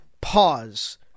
Pause